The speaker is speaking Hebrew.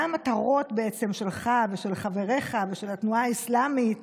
מה בעצם המטרות שלך ושל חבריך ושל התנועה האסלאמית